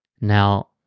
Now